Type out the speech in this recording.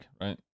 right